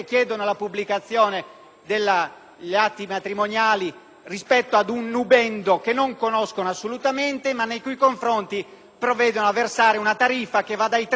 con un nubendo che non conoscono assolutamente, ma nei cui confronti provvedono a versare una tariffa che va dai 3.000 ai 4.000 euro, c'è ormai anche un tariffario ben indicato.